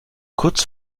kurz